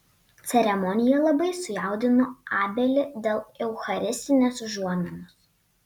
ceremonija labai sujaudino abelį dėl eucharistinės užuominos